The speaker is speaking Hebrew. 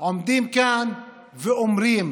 עומדים כאן ואומרים: